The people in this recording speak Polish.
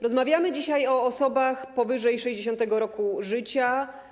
Rozmawiamy dzisiaj o osobach powyżej 60. roku życia.